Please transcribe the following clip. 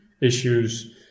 issues